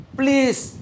please